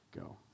go